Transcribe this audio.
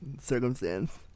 circumstance